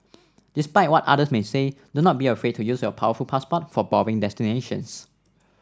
despite what others may say do not be afraid to use your powerful passport for boring destinations